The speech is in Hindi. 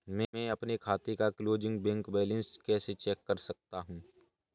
मैं अपने खाते का क्लोजिंग बैंक बैलेंस कैसे चेक कर सकता हूँ?